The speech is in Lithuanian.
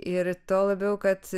ir tuo labiau kad